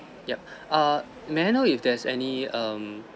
yup err may I know if there's any um